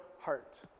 heart